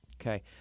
Okay